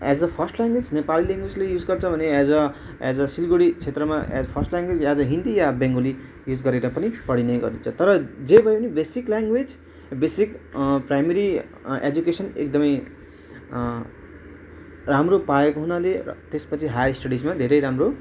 as a first language Nepali ल्याङ्ग्वेजले use गर्छ भने as a as a Siliguri क्षेत्रमा first language as a Hindi या बेङ्गाली युज गरेर पनि पढिने गरिन्छ तर जे भए पनि basic language basic primary education एकदमै राम्रो पाएको हुनाले त्यसपछि हायर स्टडिजमा धेरै राम्रो